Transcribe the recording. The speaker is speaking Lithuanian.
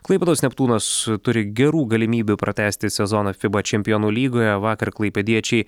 klaipėdos neptūnas turi gerų galimybių pratęsti sezoną fiba čempionų lygoje vakar klaipėdiečiai